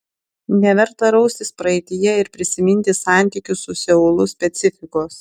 neverta raustis praeityje ir prisiminti santykių su seulu specifikos